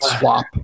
swap